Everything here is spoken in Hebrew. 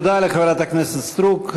תודה לחברת הכנסת סטרוק.